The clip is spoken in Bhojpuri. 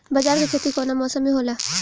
बाजरा के खेती कवना मौसम मे होला?